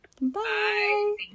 Bye